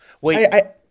wait